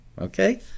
okay